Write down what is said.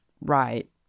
right